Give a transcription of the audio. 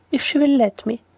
if she will let me.